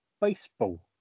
baseball